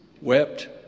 wept